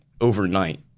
overnight